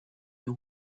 you